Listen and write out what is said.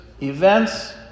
events